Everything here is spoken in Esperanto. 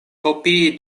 kopii